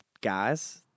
guys